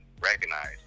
recognize